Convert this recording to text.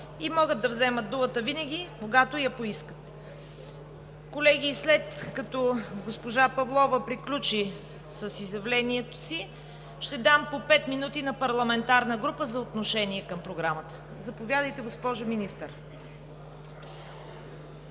и могат да вземат думата винаги, когато поискат. Колеги, след като госпожа Павлова приключи с изявлението си, ще дам по пет минути на парламентарна група за отношение към Програмата. Преминаваме